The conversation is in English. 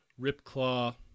Ripclaw